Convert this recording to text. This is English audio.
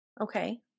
Okay